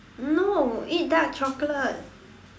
no eat dark chocolate